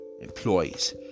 employees